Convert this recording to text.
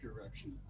direction